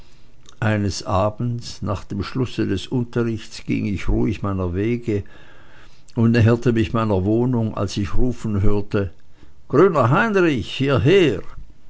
eines abends nach dem schlusse des unterrichts ging ich ruhig meiner wege und näherte mich meiner wohnung als ich rufen hörte grüner heinrich hierher